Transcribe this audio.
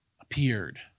appeared